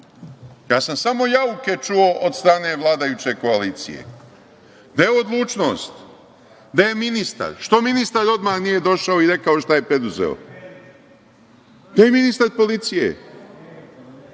Ja sam samo jauke čuo od strane vladajuće koalicije. Gde je odlučnost? Gde je ministar? Što ministar odmah nije došao i rekao šta je preduzeo? To je ministar policije